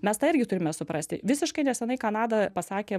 mes tą irgi turime suprasti visiškai nesenai kanada pasakė